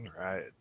Right